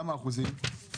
כמה אחוזים?